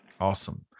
Awesome